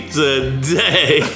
today